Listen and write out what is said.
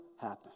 happen